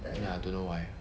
ya don't know why